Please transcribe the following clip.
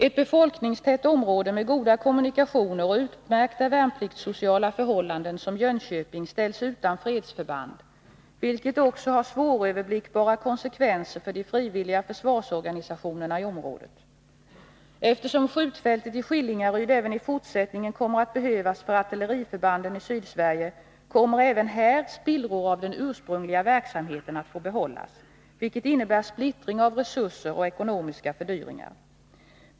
Ett befolkningstätt område som Jönköping med goda kommunikationer och utmärkta värnpliktssociala förhållanden ställs utan fredsförband, vilket också får svåröverblickbara konsekvenser för de frivilliga försvarsorganisationerna i området. Eftersom skjutfältet i Skillingaryd även i fortsättningen kommer att behövas för artilleriförbanden i Sydsverige, kommer även här spillror av den ursprungliga verksamheten att få behållas, vilket innebär splittring av resurser och ekonomiska fördyringar.